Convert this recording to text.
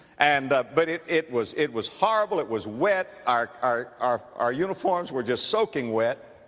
and, ah, but it, it was, it was horrible, it was wet, our, our, our our uniforms were just soaking wet.